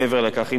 מעבר לכך,